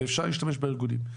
ואפשר להשתמש בארגונים.